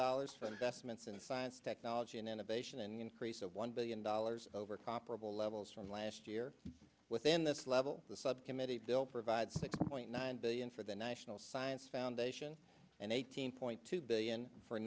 investments in a science technology and innovation and increase of one billion dollars over comparable levels from last year within this level the subcommittee bill provides that point nine billion for the national science foundation and eighteen point two billion for